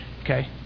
Okay